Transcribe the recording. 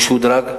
משודרג.